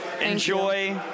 Enjoy